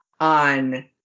on